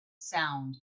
sound